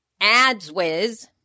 AdsWiz